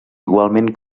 igualment